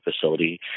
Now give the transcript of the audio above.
facility